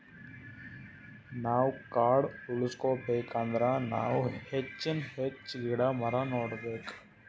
ನಾವ್ ಕಾಡ್ ಉಳ್ಸ್ಕೊಬೇಕ್ ಅಂದ್ರ ನಾವ್ ಹೆಚ್ಚಾನ್ ಹೆಚ್ಚ್ ಗಿಡ ಮರ ನೆಡಬೇಕ್